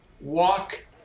walk